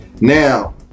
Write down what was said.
Now